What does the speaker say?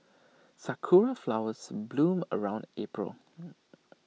Sakura Flowers bloom around April